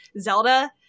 Zelda